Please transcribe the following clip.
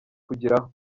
kugeraho